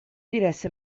diresse